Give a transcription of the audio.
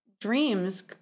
dreams